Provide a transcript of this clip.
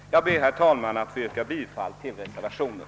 Jag ber, herr talman, att få yrka bifall till reservationen.